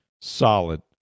solid